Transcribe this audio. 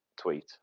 tweet